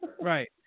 right